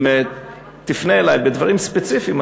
אם תפנה אלי בדברים ספציפיים,